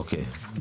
אוקיי.